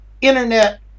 internet